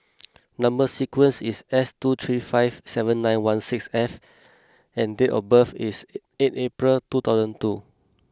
number sequence is S two three five seven nine one six F and date of birth is eight April two thousand two